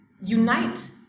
unite